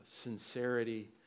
sincerity